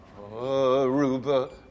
Aruba